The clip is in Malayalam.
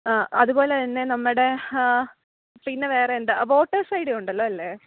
ആ അതുപോലെത്തന്നെ നമ്മുടെ ആ പിന്നെ വേറെ എന്താ വോട്ടേഴ്സ് ഐ ഡി ഉണ്ടല്ലോ അല്ലേ